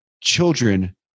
children